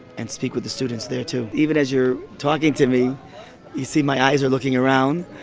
and speak with the students there too. even as you're talking to me you see my eyes are looking around,